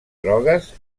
drogues